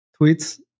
tweets